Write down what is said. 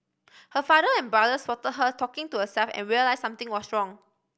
her father and brother spot her talking to herself and realise something was wrong